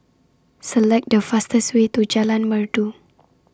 Select The fastest Way to Jalan Merdu